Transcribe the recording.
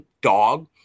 dog